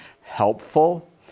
helpful